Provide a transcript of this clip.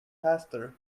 faster